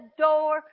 door